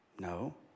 No